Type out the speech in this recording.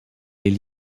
est